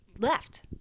left